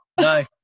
No